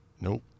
nope